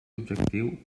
objectiu